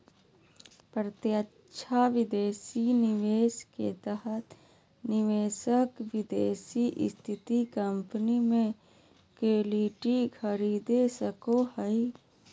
प्रत्यक्ष विदेशी निवेश के तहत निवेशक विदेश स्थित कम्पनी मे इक्विटी खरीद सको हय